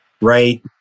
right